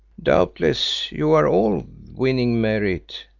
doubtless you are all winning merit,